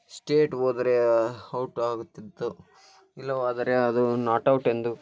state ಹೋದ್ರೆ out ಆಗುತ್ತಿತ್ತು ಇಲ್ಲವಾದರೆ ಅದು ನಾಟ್ ಔಟ್ ಎಂದು